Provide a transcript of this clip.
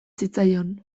zitzaion